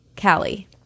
Callie